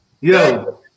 yo